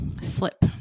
slip